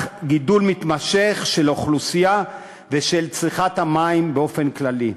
הגידול המתמשך של האוכלוסייה ושל צריכת המים באופן כללי.